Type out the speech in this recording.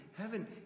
Heaven